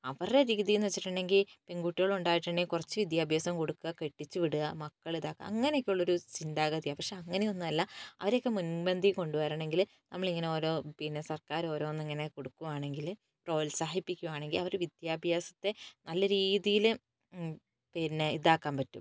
അവരുടെ രീതി എന്ന് വച്ചിട്ടുണ്ടെങ്കിൽ പെൺകുട്ടികൾ ഉണ്ടായിട്ടുണ്ടെങ്കിൽ കുറച്ച് വിദ്യാഭ്യാസം കൊടുക്കുക കെട്ടിച്ച് വിടുക മക്കളെ ഇതാക്കുക അങ്ങനൊക്കെ ഉള്ളൊരു ചിന്താഗതിയാണ് പക്ഷെ അങ്ങനെയൊന്നും അല്ല അവരൊക്കെ മുൻപന്തിയിൽ കൊണ്ട് വരണമെങ്കിൽ നമ്മളിങ്ങനെ ഓരോ പിന്നെ സർക്കാർ ഓരോന്നിങ്ങനെ കൊടുക്കുവാണെങ്കിൽ പ്രോത്സാഹിപ്പിക്കുകയാണെങ്കിൽ അവർ വിദ്യാഭ്യാസത്തെ നല്ല രീതിയിൽ പിന്നെ ഇതാക്കാൻ പറ്റും